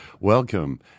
welcome